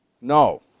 No